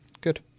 Good